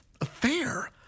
affair